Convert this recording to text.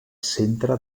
centre